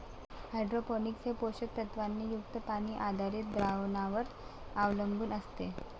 hydroponics हे पोषक तत्वांनी युक्त पाणी आधारित द्रावणांवर अवलंबून असते